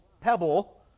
pebble